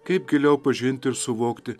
kaip giliau pažinti ir suvokti